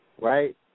Right